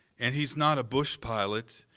and he's not a bush pilot,